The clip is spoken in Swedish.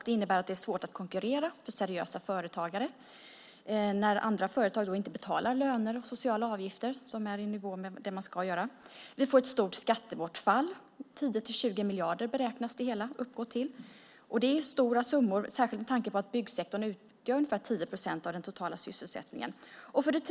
Det innebär att det är svårt att konkurrera för seriösa företagare när andra företag inte betalar löner och sociala avgifter som är i nivå med det man ska göra. Vi får ett stort skattebortfall; 10-20 miljarder beräknas det uppgå till. Det är stora summor, särskilt med tanke på att byggsektorn utgör ungefär 10 procent av den totala sysselsättningen.